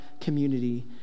community